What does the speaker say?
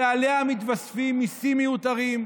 ועליה מתווספים מיסים מיותרים,